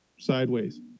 Sideways